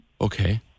Okay